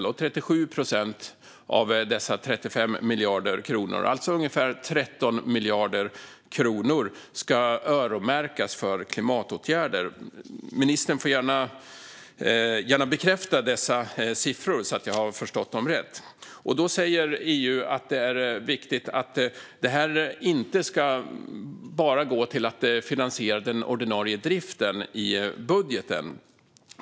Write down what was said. Av dessa 35 miljarder kronor ska 37 procent, alltså ungefär 13 miljarder kronor, öronmärkas för klimatåtgärder. Ministern får gärna bekräfta dessa siffror så att jag har förstått dem rätt. EU säger att det är viktigt att detta inte bara ska gå till att finansiera den ordinarie driften i budgeten.